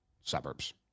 suburbs